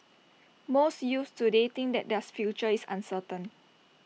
most youths today think that theirs future is uncertain